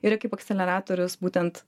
yra kaip akceleratorius būtent